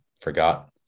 forgot